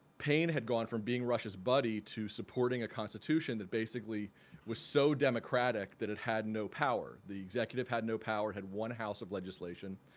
paine had gone from being rush's buddy to supporting a constitution that basically was so democratic that it had no power. the executive had no power, had one house of legislation.